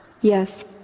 Yes